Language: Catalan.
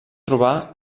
trobar